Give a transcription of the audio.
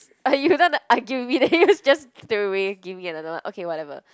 you don't want to argue with me then you just straight away give me another one okay whatever